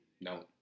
No